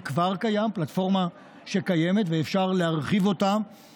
שכבר קיים, פלטפורמה שקיימת ואפשר להרחיב אותה